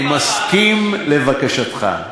אני מסכים לבקשתך.